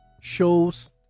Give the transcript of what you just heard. shows